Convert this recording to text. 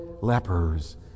lepers